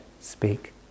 speak